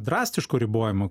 drastiško ribojimo